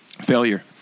failure